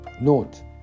Note